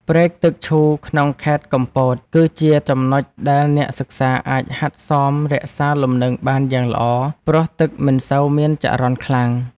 ព្រែកទឹកឈូក្នុងខេត្តកំពត គឺជាចំណុចដែលអ្នកសិក្សាអាចហាត់សមរក្សាលំនឹងបានយ៉ាងល្អ ព្រោះទឹកមិនសូវមានចរន្តខ្លាំង។